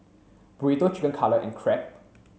Burrito Chicken Cutlet and Crepe